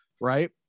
right